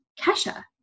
Kesha